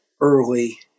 early